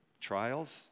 Trials